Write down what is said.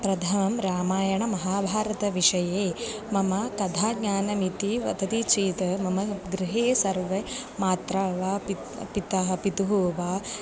प्रथमं रामायणमहाभारतविषये मम कथाज्ञानमिति वदति चेत् मम गृहे सर्वे मात्रा वा पितुः पितुः पितुः वा